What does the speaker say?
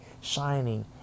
shining